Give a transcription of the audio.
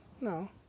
No